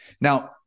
Now